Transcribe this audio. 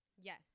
Yes